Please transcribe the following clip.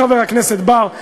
חבר הכנסת בר,